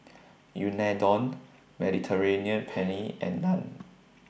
Unadon Mediterranean Penne and Naan